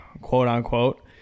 quote-unquote